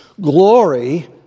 Glory